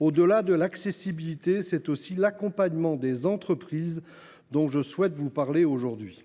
Au delà de l’accessibilité, c’est aussi de l’accompagnement des entreprises que je souhaite vous parler aujourd’hui.